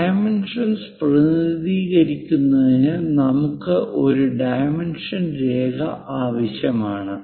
dimension പ്രതിനിധീകരിക്കുന്നതിന് നമുക്ക് ഒരു ഡൈമെൻഷെൻ രേഖ ആവശ്യമാണ്